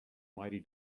mighty